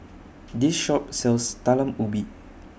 This Shop sells Talam Ubi